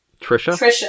Trisha